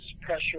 pressure